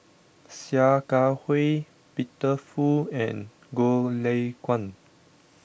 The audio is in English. Sia Kah Hui Peter Fu and Goh Lay Kuan